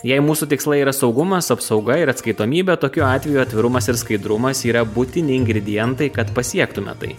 jei mūsų tikslai yra saugumas apsauga ir atskaitomybė tokiu atveju atvirumas ir skaidrumas yra būtini ingredientai kad pasiektume tai